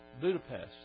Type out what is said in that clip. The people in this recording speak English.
Budapest